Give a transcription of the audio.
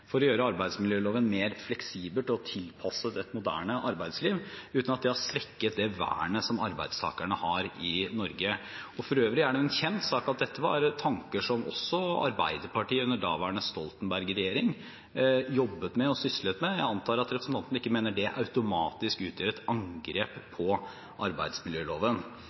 for å gjøre arbeidsmiljøloven mer fleksibel og tilpasset et moderne arbeidsliv, uten at det har svekket det vernet som arbeidstakerne har i Norge. For øvrig er det en kjent sak at dette var tanker som også Arbeiderpartiet, under daværende Stoltenberg-regjering, jobbet og syslet med. Jeg antar at representanten ikke mener det automatisk utgjør et angrep på arbeidsmiljøloven.